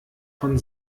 von